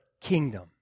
kingdom